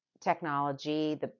technology